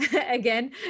again